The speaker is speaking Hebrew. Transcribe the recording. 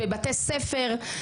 בבתי ספר,